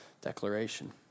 declaration